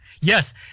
Yes